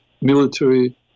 military